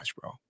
bro